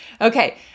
Okay